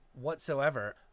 whatsoever